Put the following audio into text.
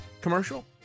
commercial